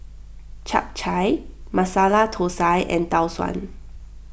Chap Chai Masala Thosai and Tau Suan